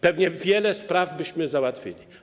Pewnie wiele spraw byśmy załatwili.